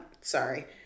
sorry